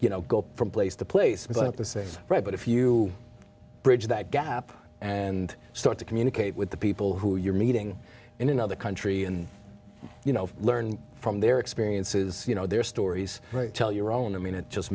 you know go from place to place but at the same but if you bridge that gap and start to communicate with the people who you're meeting in another country and you know learn from their experiences you know their stories right tell your own i mean it just